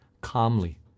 calmly